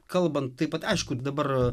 kalbant taip pat aišku dabar